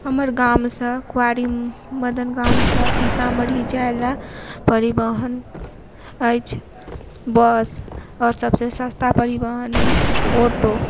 हमर गामसँ कोआरी मदन गामसँ सीतामढ़ी जाय लए परविहन अछि बस आओर सबसे सस्ता परिवहन अछि ऑटो